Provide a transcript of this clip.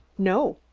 no,